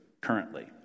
currently